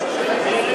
זהבה,